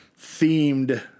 themed